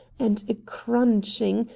and a crunching,